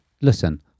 listen